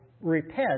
repent